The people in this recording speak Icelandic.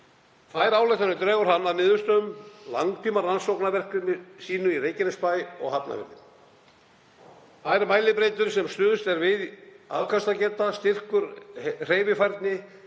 Þær ályktanir dregur hann af niðurstöðum úr langtímarannsóknarverkefni sínu í Reykjanesbæ og Hafnarfirði. Þær mælibreytur sem stuðst er við, afkastageta, styrkur, hreyfifærni,